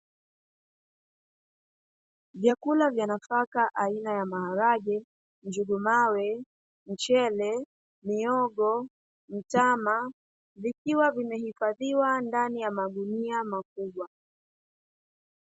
Vyakula vya nafaka aina ya maharage njugu mawe mchele, mihogo, mtama, vikiwa vimehifadhiwa kwenye magunia makubwa .